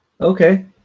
Okay